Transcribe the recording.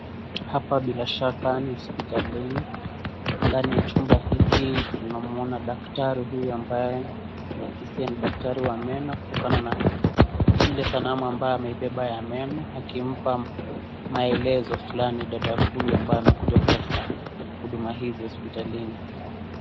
Hapa bila shaka ni hospitalini, na ndani ya chumba hiki tunamwona daktari huyu ambaye nakizia ni daktari wa meno kutoka na kile sanamu ambayo ameipepa ya meno akimpa maelezo fluni dada huyu ambaye amekuja kutafuta huduma hizi hospitalini.